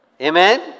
Amen